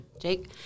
jake